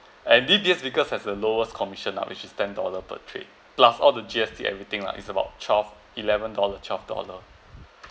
and D_B_S Vikers has the lowest commission lah which is ten dollar per trade plus all the G_S_T everything lah it's about twelve eleven dollar twelve dollar